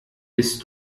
bist